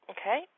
Okay